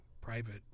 private